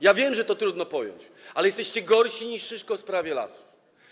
Ja wiem, że to trudno pojąć, ale jesteście gorsi niż Szyszko w sprawie lasów.